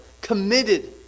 committed